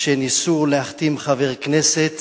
שניסו להחתים חבר כנסת